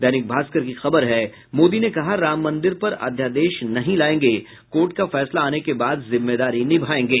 दैनिक भास्कर की खबर है मोदी ने कहा राम मंदिर पर अध्यादेश नहीं लायेंगे कोर्ट का फैसला आने के बाद जिम्मेदारी निभायेंगे